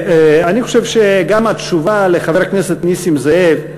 אני חושב שגם התשובה לחבר כנסת נסים זאב,